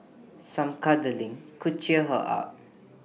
some cuddling could cheer her up